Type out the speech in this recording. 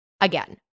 again